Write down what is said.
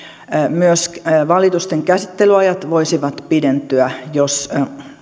myös valitusten käsittelyajat voisivat pidentyä jos